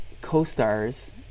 co-stars